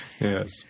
Yes